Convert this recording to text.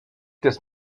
des